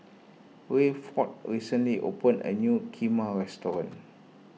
Rayford recently opened a new Kheema restaurant